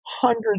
hundreds